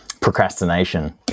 procrastination